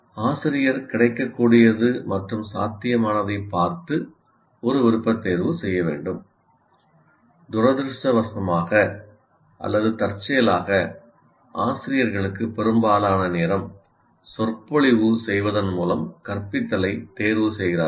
ஆசிரியர் கிடைக்கக்கூடியது மற்றும் சாத்தியமானதைப் பார்த்து ஒரு விருப்பத்தேர்வு செய்ய வேண்டும் துரதிர்ஷ்டவசமாக அல்லது தற்செயலாக ஆசிரியர்களுக்கு பெரும்பாலான நேரம் சொற்பொழிவு செய்வதன் மூலம் கற்பித்தலைத் தேர்வுசெய்கிறார்கள்